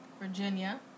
Virginia